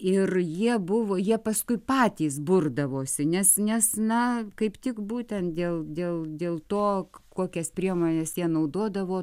ir jie buvo jie paskui patys burdavosi nes nes na kaip tik būtent dėl dėl dėl to kokias priemones jie naudodavo